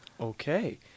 okay